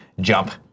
Jump